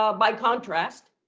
ah by contrast,